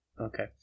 Okay